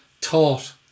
taught